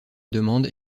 demande